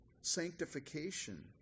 sanctification